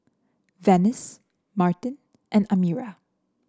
Venice Martin and Amira